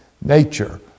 nature